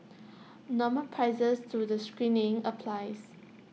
normal prices to the screenings applies